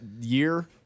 year